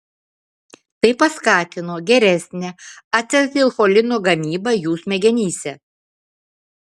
tai paskatino geresnę acetilcholino gamybą jų smegenyse